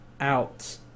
out